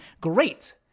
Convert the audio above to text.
Great